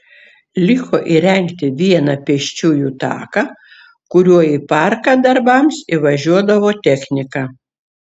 liko įrengti vieną pėsčiųjų taką kuriuo į parką darbams įvažiuodavo technika